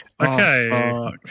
Okay